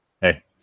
Hey